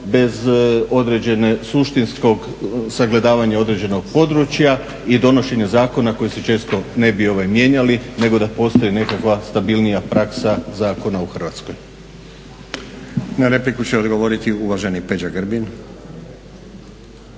bez određene suštinskog sagledavanja određenog područja i donošenja zakona koji se često ne bi mijenjali nego da postoji nekakva stabilnija praksa zakona u Hrvatskoj. **Stazić, Nenad (SDP)** Na repliku će odgovoriti uvaženi Peđa Grbin.